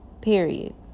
period